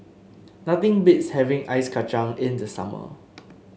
nothing beats having Ice Kachang in the summer